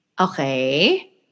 Okay